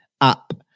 Up